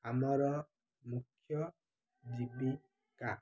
ଆମର ମୁଖ୍ୟ ଜୀବିକା